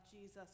Jesus